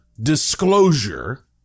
disclosure